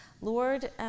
Lord